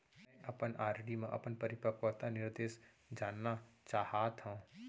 मै अपन आर.डी मा अपन परिपक्वता निर्देश जानना चाहात हव